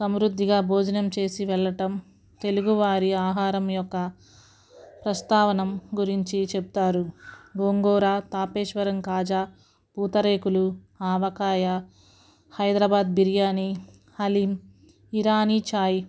సమృద్ధిగా భోజనం చేసి వెళ్ళటం తెలుగువారి ఆహారం యొక్క ప్రస్తావన గురించి చెప్తారు గోంగూర తాపేశ్వరం కాజా పూతరేకులు ఆవకాయ హైదరాబాద్ బిర్యానీ హలీం ఇరానీ చాయి